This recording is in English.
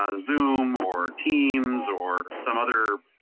ah zoo more teams or some other